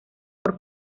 por